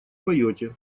поете